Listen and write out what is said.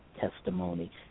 testimony